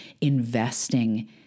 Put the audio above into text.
investing